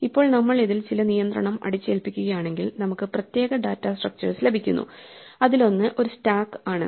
ഇപ്പോൾ നമ്മൾ ഇതിൽ ചില നിയന്ത്രണം അടിച്ചേൽപ്പിക്കുകയാണെങ്കിൽ നമുക്ക് പ്രത്യേക ഡാറ്റാ സ്ട്രക്ച്ചഴ്സ് ലഭിക്കുന്നു അതിലൊന്ന് ഒരു സ്റ്റാക്ക് ആണ്